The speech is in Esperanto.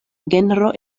genro